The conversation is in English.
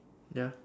ya